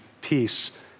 peace